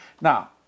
Now